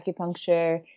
acupuncture